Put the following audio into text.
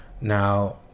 Now